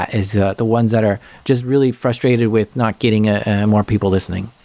ah is ah the ones that are just really frustrated with not getting ah more people listening.